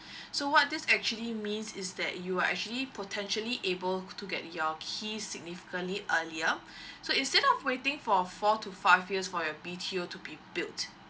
so what this actually means is that you are actually potentially able to get your key significantly earlier so instead of waiting for four to five years for a B_T_O to be built